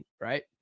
right